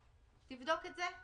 תבדוק את זה?